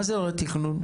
מה זה רה תכנון?